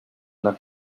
una